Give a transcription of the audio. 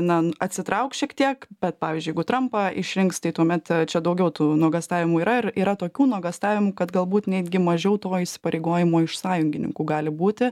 na atsitrauks šiek tiek bet pavyzdžiui jeigu trumpą išrinks tai tuomet čia daugiau tų nuogąstavimų yra ir yra tokių nuogąstavimų kad galbūt netgi mažiau to įsipareigojimo iš sąjungininkų gali būti